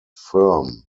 firm